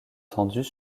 tendues